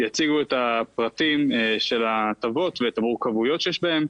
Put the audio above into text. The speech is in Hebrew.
יציגו את הפרטים של ההטבות ואת המורכבויות שיש בהם.